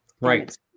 Right